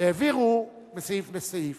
העבירו מסעיף לסעיף.